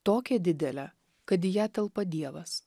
tokią didelę kad į ją telpa dievas